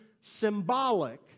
symbolic